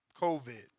COVID